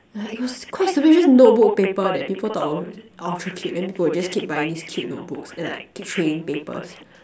like it was quite stupid just notebook paper that people thought was ultra cute then people would just keep buying these cute notebooks and like keep trading papers